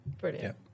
Brilliant